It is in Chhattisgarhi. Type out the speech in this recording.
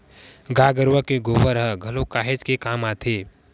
गाय गरुवा के गोबर ह घलोक काहेच के काम आथे